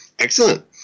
excellent